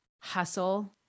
hustle